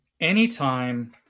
anytime